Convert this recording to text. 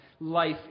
life